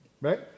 right